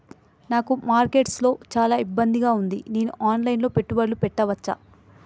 నాకు మార్కెట్స్ లో చాలా ఇబ్బందిగా ఉంది, నేను ఆన్ లైన్ లో పెట్టుబడులు పెట్టవచ్చా?